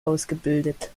ausgebildet